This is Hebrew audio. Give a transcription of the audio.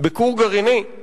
בכור גרעיני,